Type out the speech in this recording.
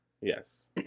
Yes